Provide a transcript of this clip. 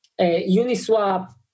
Uniswap